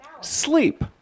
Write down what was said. Sleep